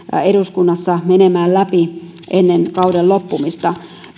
eduskunnassa menemään läpi ennen kauden loppumista